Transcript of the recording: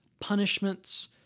punishments